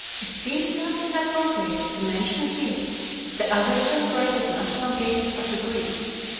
it seems not inappropriate to mention here the other celebrated national games of the greeks.